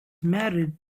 married